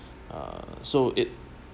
err so it